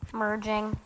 merging